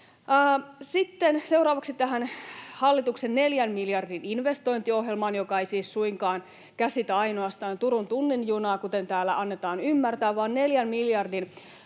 Sitten seuraavaksi tähän hallituksen neljän miljardin investointiohjelmaan, joka ei siis suinkaan käsitä ainoastaan Turun tunnin junaa, kuten täällä annetaan ymmärtää, vaan neljän miljardin